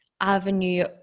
avenue